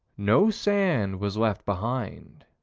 no sand was left behind.